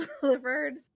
delivered